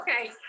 Okay